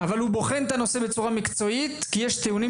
אבל הוא בוחן את הנושא בצורה מקצועית כי יש טיעונים